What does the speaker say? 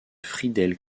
friedel